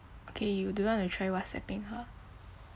okay you do you want to try whatsapping her